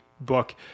book